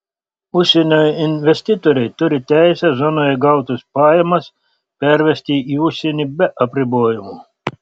užsienio investitoriai turi teisę zonoje gautas pajamas pervesti į užsienį be apribojimų